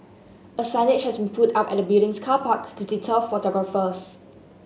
a signage has been put up at the building's car park to deter photographers